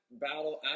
Battle